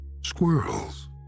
Squirrels